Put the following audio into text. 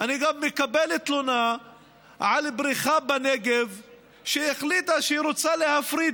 אני מקבל תלונה על בריכה בנגב שהחליטה שהיא רוצה להפריד